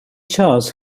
charles